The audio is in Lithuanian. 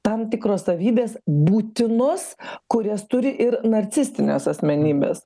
tam tikros savybės būtinos kurias turi ir narcistinės asmenybės